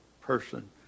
person